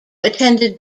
attended